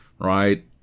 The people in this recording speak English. right